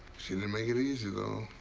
make it easy though.